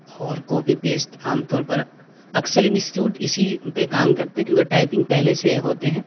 اور copy paste عام طور پر اکثر انٹسی ٹیوٹ اِسی پہ کام کرتے کیونکہ ٹائپنگ پہلے سے ہوتے ہیں